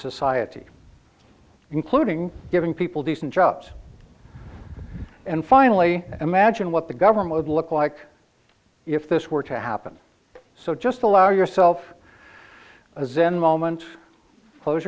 society including giving people decent jobs and finally imagine what the government would look like if this were to happen so just allow yourself a zen moment close